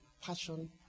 passion